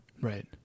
Right